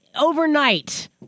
overnight